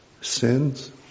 sins